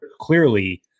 clearly